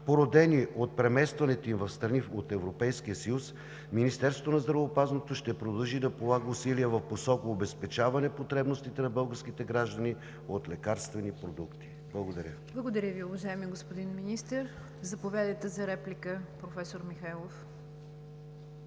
породени от преместването им в страни от Европейския съюз, Министерството на здравеопазването ще продължи да полага усилия в посока обезпечаване потребностите на българските граждани от лекарствени продукти. Благодаря. ПРЕДСЕДАТЕЛ НИГЯР ДЖАФЕР: Благодаря Ви, уважаеми господин Министър. Заповядайте за реплика, професор Михайлов.